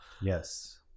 Yes